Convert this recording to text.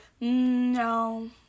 No